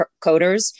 coders